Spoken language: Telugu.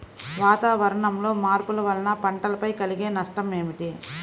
వాతావరణంలో మార్పుల వలన పంటలపై కలిగే నష్టం ఏమిటీ?